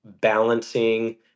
balancing